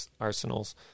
arsenals